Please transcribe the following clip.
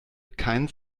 kein